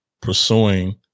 pursuing